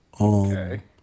okay